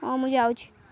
ହଁ ମୁଁ ଯାଉଛିି